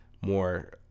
more